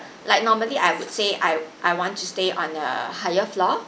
like normally I would say I I want to stay on a higher floor